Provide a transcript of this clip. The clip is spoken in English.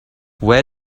where